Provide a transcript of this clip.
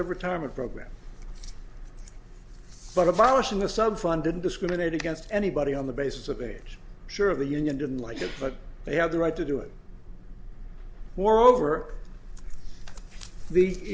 of retirement program but abolishing the sub fund didn't discriminate against anybody on the basis of age sure of the union didn't like it but they have the right to do it moreover the